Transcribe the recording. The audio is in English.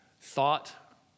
thought